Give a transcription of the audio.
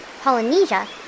Polynesia